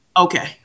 okay